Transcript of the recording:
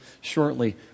shortly